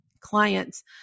clients